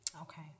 Okay